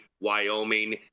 Wyoming